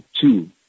two